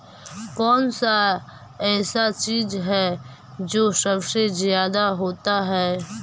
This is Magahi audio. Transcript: कौन सा ऐसा चीज है जो सबसे ज्यादा होता है?